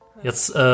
Jetzt